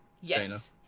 Yes